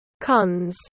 Cons